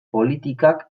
politikak